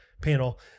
panel